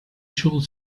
should